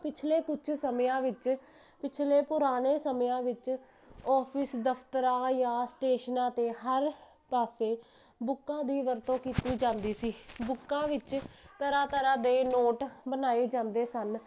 ਪਿਛਲੇ ਕੁਛ ਸਮਿਆਂ ਵਿੱਚ ਪਿੱਛਲੇ ਪੁਰਾਣੇ ਸਮਿਆਂ ਵਿੱਚ ਓਫ਼ਿਸ ਦਫਤਰਾਂ ਜਾਂ ਸਟੇਸ਼ਨਾਂ 'ਤੇ ਹਰ ਪਾਸੇ ਬੁੱਕਾਂ ਦੀ ਵਰਤੋਂ ਕੀਤੀ ਜਾਂਦੀ ਸੀ ਬੁੱਕਾਂ ਵਿੱਚ ਤਰ੍ਹਾਂ ਤਰ੍ਹਾਂ ਦੇ ਨੋਟ ਬਣਾਏ ਜਾਂਦੇ ਸਨ